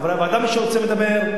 חברי הוועדה מי שרוצה מדבר,